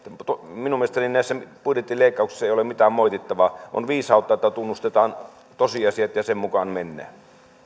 minun mielestäni näissä budjetin leikkauksissa ei ole mitään moitittavaa on viisautta että tunnustetaan tosiasiat ja sen mukaan mennään